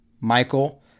Michael